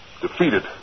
Defeated